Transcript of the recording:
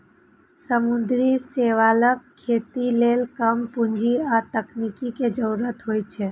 समुद्री शैवालक खेती लेल कम पूंजी आ तकनीक के जरूरत होइ छै